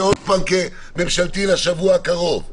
עוד פעם כהצעת חוק ממשלתית בשבוע הקרוב.